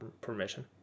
permission